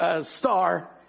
star